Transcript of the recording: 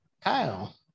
Kyle